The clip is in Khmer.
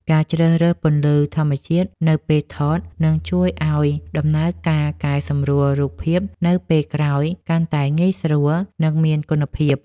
ការជ្រើសរើសពន្លឺធម្មជាតិនៅពេលថត នឹងជួយឱ្យដំណើរការកែសម្រួលរូបភាពនៅពេលក្រោយកាន់តែងាយស្រួល និងមានគុណភាព។